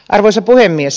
arvoisa puhemies